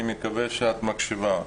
אני מקווה שאת מקשיבה.